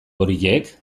horiek